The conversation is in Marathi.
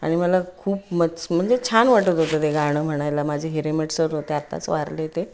आणि मला खूप मच्छ म्हणजे छान वाटत होतं ते गाणं म्हणायला माझे हिरेमट सर होते आत्ताच वारले ते